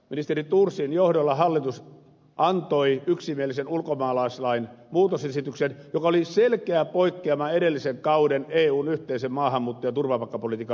ministeri thorsin johdolla hallitus antoi yksimielisen ulkomaalaislain muutosesityksen joka oli selkeä poikkeama edellisen kauden eun yhteisen maahanmuutto ja turvapaikkapolitiikan linjauksista